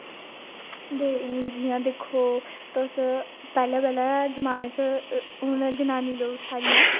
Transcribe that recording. जियां दिक्खो तुस पैहलें पैहलें जमाने च हून जनानी लोक सारियां